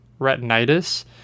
retinitis